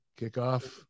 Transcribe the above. kickoff